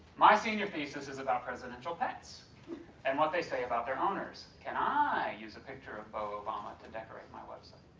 my senior thesis is about presidential pets and what they say about their owners. can i use a picture of bo obama to decorate my website?